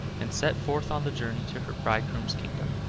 and set forth on the journey to her bridegroom's kingdom.